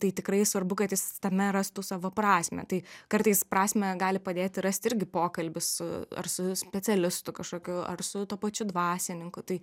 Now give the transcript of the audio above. tai tikrai svarbu kad jis tame rastų savo prasmę tai kartais prasmę gali padėti rasti irgi pokalbis su ar su specialistu kažkokiu ar su tuo pačiu dvasininku tai